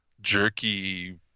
jerky